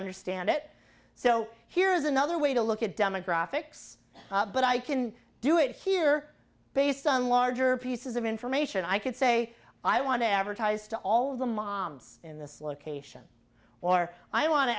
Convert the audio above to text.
understand it so here's another way to look at demographics but i can do it here based on larger pieces of information i could say i want to advertise to all the moms in this location or i want to